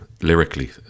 lyrically